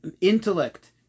intellect